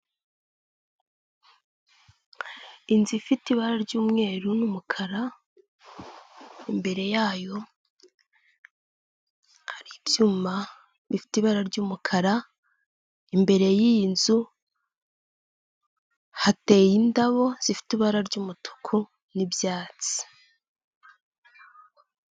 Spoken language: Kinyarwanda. Inzu ifite ibara ry'umweru n'umukara, imbere yayo hari ibyuma bifite ibara ry'umukara, imbere y'iyi nzu hateye indabo zifite ibara ry'umutuku n'ibyatsi.